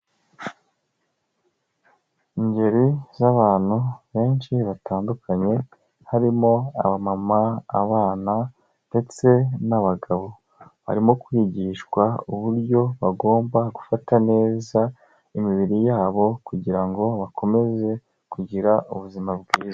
Ingeri z'abantu benshi batandukanye harimo abamama, abana ndetse n'abagabo, barimo kwigishwa uburyo bagomba gufata neza imibiri yabo kugira ngo bakomeze kugira ubuzima bwiza.